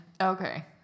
Okay